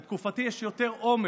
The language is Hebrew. בתקופתי יש יותר עומס.